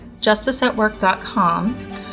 justiceatwork.com